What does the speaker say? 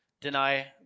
deny